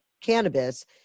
cannabis